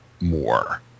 more